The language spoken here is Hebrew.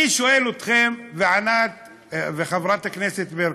אני שואל אתכם, וחברת הכנסת ברקו,